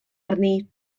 arni